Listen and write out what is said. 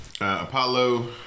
Apollo